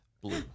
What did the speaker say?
Blue